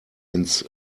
ins